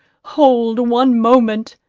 hold, one moment,